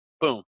boom